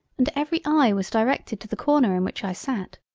and every eye was directed to the corner in which i sat.